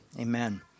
Amen